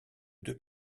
deux